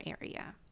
area